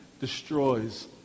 destroys